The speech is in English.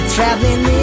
Traveling